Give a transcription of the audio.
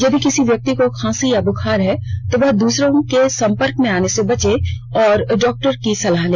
यदि किसी व्यक्ति को खांसी या बुखार है तो वह दूसरे के सम्पर्क में आने से बचे और डॉक्टर से सलाह ले